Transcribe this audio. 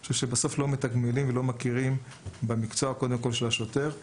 אני חושב שבסוף לא מתגמלים ולא מכירים במקצוע של השוטר,